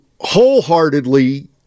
wholeheartedly